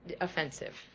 offensive